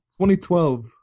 2012